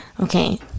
Okay